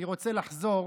אני רוצה לחזור